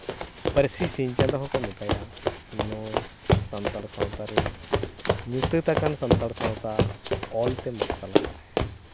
ᱯᱟᱹᱨᱥᱤ ᱥᱤᱧ ᱪᱟᱸᱫᱳ ᱦᱚᱸᱠᱚ ᱢᱮᱛᱟᱭᱟ ᱱᱩᱭ ᱥᱟᱱᱛᱟᱲ ᱥᱟᱶᱛᱟ ᱨᱮ ᱧᱩᱛᱟᱹᱛ ᱟᱠᱟᱱ ᱥᱟᱱᱛᱟᱲ ᱥᱟᱶᱛᱟ ᱚᱞ ᱛᱮ ᱢᱟᱨᱥᱟᱞ ᱠᱟᱱᱟ